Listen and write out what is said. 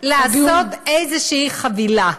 לעשות איזו חבילה,